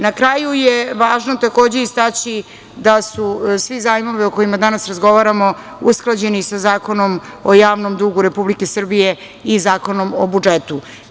Na kraju je važno takođe istaći da su svi zajmovi o kojima danas razgovaramo usklađeni sa Zakonom o javnom dugu Republike Srbije i Zakonom o budžetu.